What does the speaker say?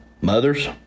mothers